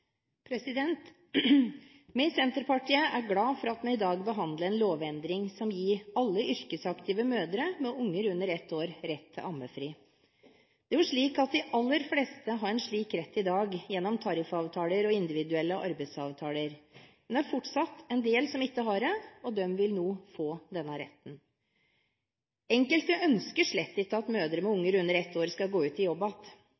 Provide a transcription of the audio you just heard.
i dag behandler en lovendring som vil gi alle yrkesaktive mødre med barn under ett år, rett til ammefri. Det er slik at de aller fleste har en slik rett i dag gjennom tariffavtaler og individuelle arbeidsavtaler. Men det er fortsatt en del som ikke har det, og de vil nå få denne retten. Enkelte ønsker slett ikke at mødre med